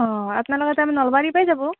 অঁ আপ্নালোকেতো আমাৰ নলবাৰী পৰাই যাব